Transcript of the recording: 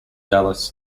dallas